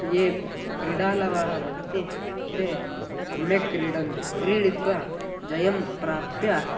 ये क्रीडालवः भवन्ति ते सम्यक् क्रीडन्ति क्रीडित्वा जयं प्राप्य